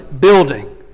building